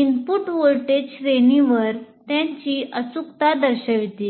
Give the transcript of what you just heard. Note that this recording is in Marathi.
इनपुट व्होल्टेज श्रेणीवर त्याची अचूकता दर्शवितील